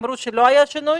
אמרו שלא היה שינוי,